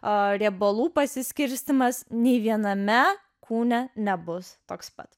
ar riebalų pasiskirstymas nei viename kūne nebus toks pat